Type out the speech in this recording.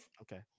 okay